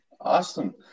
awesome